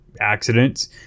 accidents